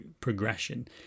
progression